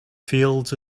fields